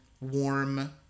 warm